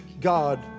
God